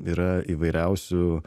yra įvairiausių